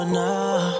now